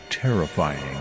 Terrifying